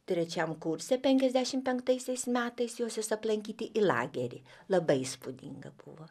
trečiam kurse penkiasdešimt penktaisiais metais josios aplankyti į lagerį labai įspūdinga buvo